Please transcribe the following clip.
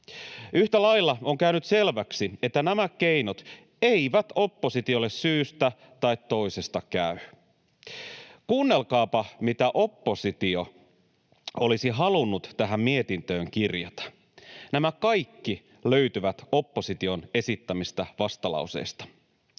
Yhtä lailla on käynyt selväksi, että nämä keinot eivät oppositiolle syystä tai toisesta käy. Kuunnelkaapa, mitä oppositio olisi halunnut tähän mietintöön kirjata — nämä kaikki löytyvät opposition esittämistä vastalauseista: